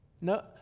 No